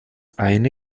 eine